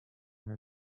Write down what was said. her